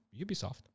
Ubisoft